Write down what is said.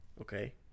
Okay